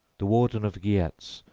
the warden of geats,